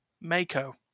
Mako